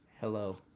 hello